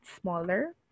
smaller